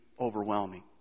overwhelming